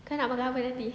kau nak makan apa nanti